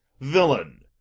villain,